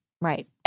right